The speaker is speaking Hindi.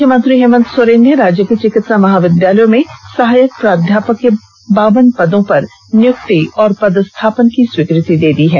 मुख्यमंत्री हेमंत सोरेन ने राज्य के चिकित्सा महाविद्यालयों में सहायक प्राध्यापक के बावन पदों पर नियुक्ति और पदस्थापन की स्वीकृति दे दी है